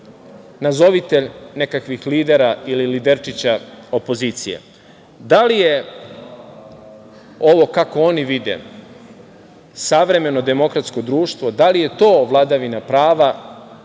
nazovite nekakvih lidera ili liderčića opozicije - da li je ovo kako oni vide savremeno demokratsko društvo, da li je to vladavina prava,